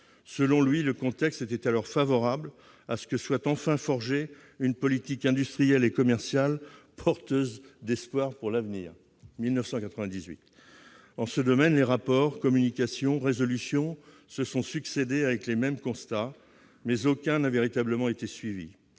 collègue, le contexte était alors favorable à ce que soit, enfin, forgée une politique industrielle et commerciale porteuse d'espoirs pour l'avenir. Nous étions en 1998 ! En ce domaine, on le voit, les rapports, communications, résolutions se sont succédé avec les mêmes constats, mais aucun n'a véritablement été suivi.